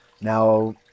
now